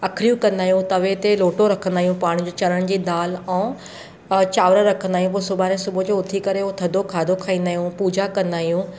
अखड़ियूं कंदा आहियूं तवे ते लोटो रखंदा आहियूं पाणी जो चणनि जी दाल ऐं चांवर रखंदा आहियूं पोइ सुभाणे सुबुह जो उथी करे उहो थधो खाधो खाईंदा आहियूं पूजा कंदा आहियूं